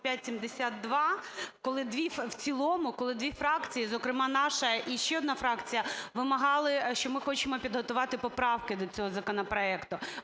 коли дві фракції, зокрема наша і ще одна фракція, вимагали, що ми хочемо підготувати поправки до цього законопроекту,